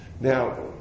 now